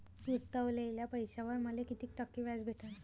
गुतवलेल्या पैशावर मले कितीक टक्के व्याज भेटन?